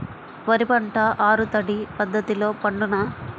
వరి పంట ఆరు తడి పద్ధతిలో పండునా?